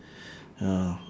ya